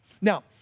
Now